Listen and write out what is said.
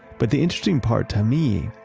but the interesting part, to me,